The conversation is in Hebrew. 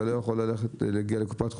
אתה לא יכול ללכת לקופת חולים.